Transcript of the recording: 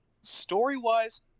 story-wise